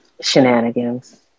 shenanigans